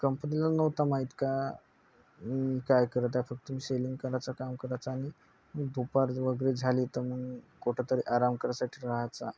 कंपनीला नव्हतं माहीत का मी काय करत आहे फक्त मी शेलिंग करायचं काम करायचो आणि दुपार वगैरे झाली तर मग कुठंतरी आराम करायसाठी राहायचो